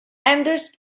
enters